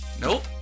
Nope